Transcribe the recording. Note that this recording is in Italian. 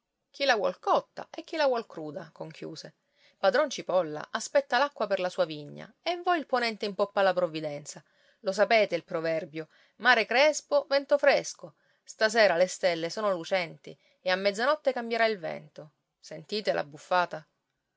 chi la vuol cotta e chi la vuol cruda conchiuse padron cipolla aspetta l'acqua per la sua vigna e voi il ponente in poppa alla provvidenza lo sapete il proverbio mare crespo vento fresco stasera le stelle sono lucenti e a mezzanotte cambierà il vento sentite